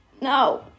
No